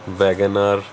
Wagon R